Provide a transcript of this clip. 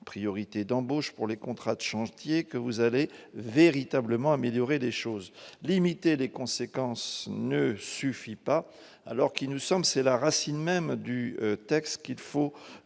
priorité d'embauche pour les contrats d'change que vous avez véritablement améliorer des choses : limiter les conséquences ne suffit pas, alors qu'il nous sommes c'est la racine même du texte qu'il faut